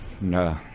no